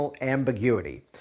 ambiguity